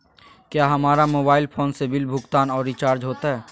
क्या हमारा mobile phone से बिल भुगतान और रिचार्ज होते?